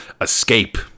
escape